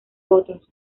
otros